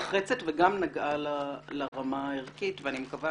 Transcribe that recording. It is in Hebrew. נחרצת וגם נגעה לרמה הערכית ואני מקווה